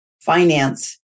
finance